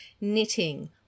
knitting